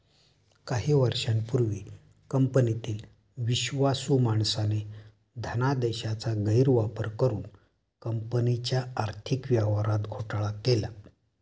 काही वर्षांपूर्वी कंपनीतील विश्वासू माणसाने धनादेशाचा गैरवापर करुन कंपनीच्या आर्थिक व्यवहारात घोटाळा केला